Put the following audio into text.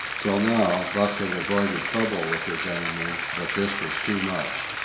till now buck had avoided trouble with his enemy, but this was too much.